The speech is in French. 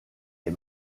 est